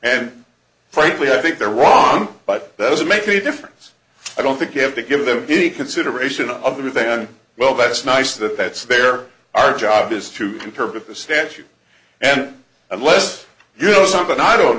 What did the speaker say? and frankly i think they're wrong but that doesn't make any difference i don't think you have to give them any consideration of them well that's nice that that's their our job is to interpret the statute and unless you know something i don't